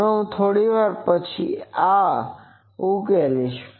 હવે હું થોડી વાર પછી આ ઉકેલીસ